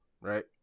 right